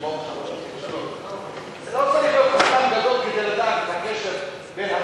במקום 3.3%. לא צריך להיות חכם גדול כדי לדעת את הקשר בין הפוליטי לבין,